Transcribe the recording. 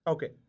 Okay